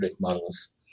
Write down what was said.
models